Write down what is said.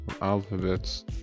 alphabets